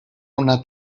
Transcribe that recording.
una